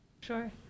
Sure